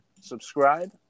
subscribe